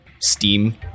Steam